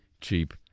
cheap